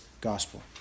gospel